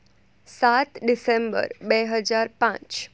સાત ડિસેમ્બર બે હજાર પાંચ